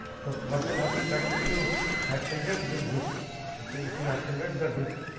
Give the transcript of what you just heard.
so, what will happen that if you accelerate this disc ok if you accelerate the disc,